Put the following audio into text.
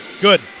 Good